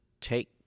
take